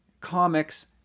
comics